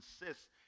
insists